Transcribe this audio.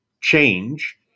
change